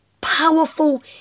powerful